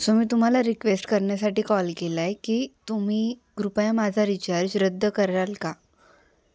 so मी तुम्हाला request करण्यासाठी कॉल केला आहे की तुम्ही कृपया माझा रिचार्ज रद्द कराल का